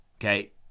Okay